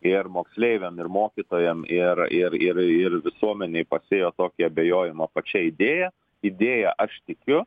ir moksleiviam ir mokytojam ir ir ir ir visuomenei pasėjo tokį abejojimą pačia idėja idėja aš tikiu